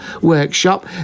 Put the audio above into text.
Workshop